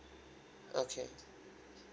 okay